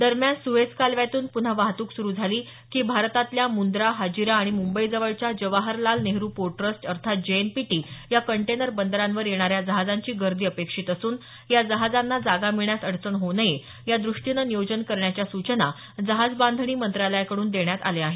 दरम्यान सुएझ कालव्यातून पुन्हा वाहतूक सुरु झाली की भारतातल्या मुंद्रा हाजिरा आणि मुंबईजवळच्या जवाहरलाल नेहरू पोर्ट ट्रस्ट अर्थात जेएजपीटी या कंटेनर बंदरांवर येणाऱ्या जहाजांची गर्दी अपेक्षित असून या जहाजांना जागा मिळण्यास अडचण होऊ नये या दृष्टीनं नियोजन करण्याच्या सूचना जहाज बांधणी मंत्रालयाकडून देण्यात आल्या आहेत